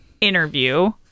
interview